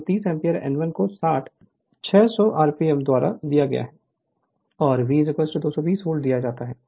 तो 30 ampere n1 को 60 600 RPM द्वारा दिया गया है और V 230 वोल्ट दिया जाता है